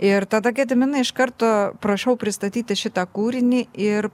ir tada gediminai iš karto prašau pristatyti šitą kūrinį ir